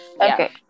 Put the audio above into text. Okay